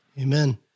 Amen